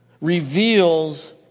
reveals